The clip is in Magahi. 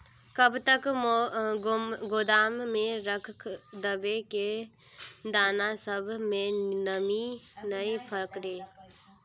कब तक गोदाम में रख देबे जे दाना सब में नमी नय पकड़ते?